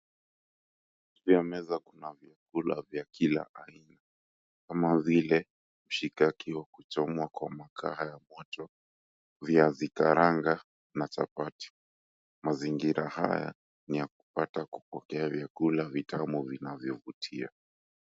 Juu ya meza kuna vyakula vya kila aina kama vile mishikaki wa kuchomwa kwa makaa ya moto, viazi karanga na chapati. Mazingira haya ni ya kupata kupokea vyakula vitamu vinavyovutia.